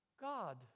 God